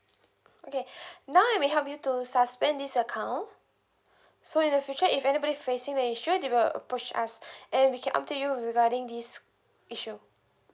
okay now I may help you to suspend this account so in the future if anybody facing the issue they will approach us and we can update you regarding this issue